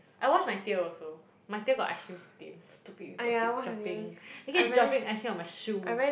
I wash my tail also my tail got ice cream stain stupid people keep dropping they keep dropping ice cream on my shoe